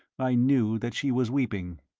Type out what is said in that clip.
i knew that she was weeping.